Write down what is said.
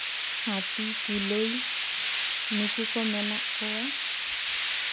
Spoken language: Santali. ᱦᱟᱹᱛᱤ ᱠᱩᱞᱟᱹᱭ ᱱᱩᱠᱩ ᱠᱚ ᱢᱮᱱᱟᱜ ᱠᱚᱣᱟ